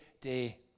day